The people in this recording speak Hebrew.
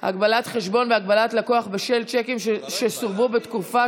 חשבון והגבלת לקוח בשל שיקים שסורבו בתקופה